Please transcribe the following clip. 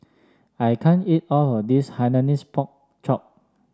I can't eat all of this Hainanese Pork Chop